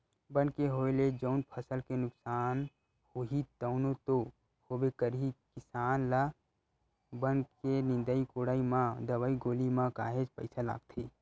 बन के होय ले जउन फसल के नुकसान होही तउन तो होबे करही किसान ल बन के निंदई कोड़ई म दवई गोली म काहेक पइसा लागथे